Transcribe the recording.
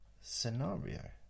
scenario